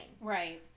Right